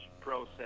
process